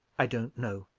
i don't know.